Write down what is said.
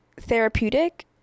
therapeutic